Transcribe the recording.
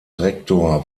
rektor